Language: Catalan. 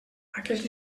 aquests